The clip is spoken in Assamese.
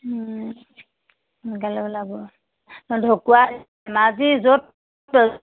সোনকালে